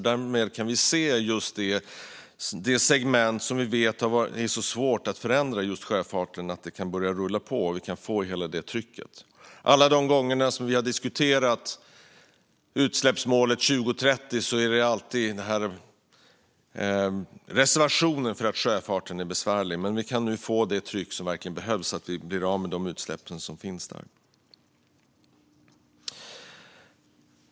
Därmed kan det börja rulla på, så att vi får ett tryck på just det segment som vi vet är så svårt att förändra: sjöfarten. Alla de gånger vi har diskuterat utsläppsmålet för 2030 har det varit med reservation för att sjöfarten är besvärlig. Men vi kan nu få det tryck som verkligen behövs, så att vi blir av med de utsläpp som sker där.